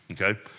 okay